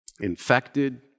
infected